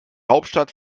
hauptstadt